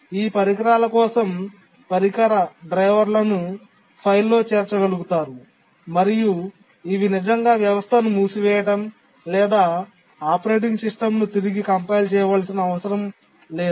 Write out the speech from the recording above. ఈ పరికరాల కోసం పరికర డ్రైవర్లను ఫైల్లో చేర్చగలుగుతారు మరియు ఇవి నిజంగా వ్యవస్థను మూసివేయడం లేదా ఆపరేటింగ్ సిస్టమ్ను తిరిగి కంపైల్ చేయవలసిన అవసరం లేదు